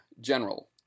General